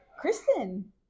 Kristen